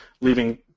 leaving